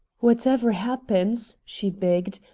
whatever happens, she begged,